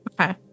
Okay